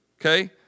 okay